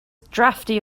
drafty